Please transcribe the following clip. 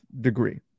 degree